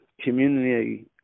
community